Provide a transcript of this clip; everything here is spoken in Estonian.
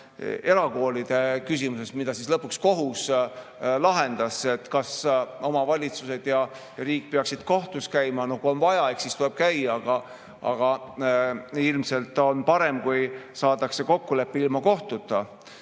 erakoolide küsimuses, mida siis lõpuks kohus lahendas. Kas omavalitsused ja riik peaksid kohtus käima? No kui on vaja, eks siis tuleb käia, aga ilmselt on parem, kui saadakse kokkulepe ilma kohtuta.